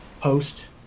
post